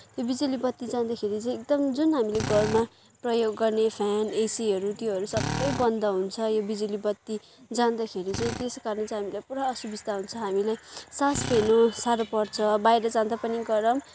त्यो बिजुली बत्ती जाँदाखेरि चाहिँ एकदम जुन हामीले घरमा प्रयोग गर्ने फ्यान एसीहरू त्योहरू सबै बन्द हुन्छ यो बिजुली बत्ती जाँदाखेरि चाहिँ त्यसै कारण चाहिँ हामीलाई पुरा असुविस्ता हुन्छ हामीलाई सास फेर्नु साह्रो पर्छ बाहिर जाँदा पनि गरम